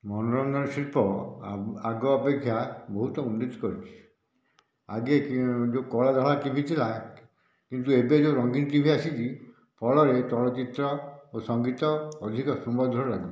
ମନୋରଞ୍ଜନ ଶିଳ୍ପ ଆଗ ଅପେକ୍ଷା ବହୁତ ଉନ୍ନତି କରିଛି ଆଗେ ଯେଉଁ କଳା ଧଳା ଟି ଭି ଥିଲା କିନ୍ତୁ ଏବେ ଯେଉଁ ରଙ୍ଗୀନ ଟି ଭି ଆସିଛି ଫଳରେ ଚଳଚିତ୍ର ଓ ସଂଗୀତ ଅଧିକ ସୁମଧୁର ଲାଗୁଛି